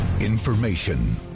Information